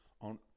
on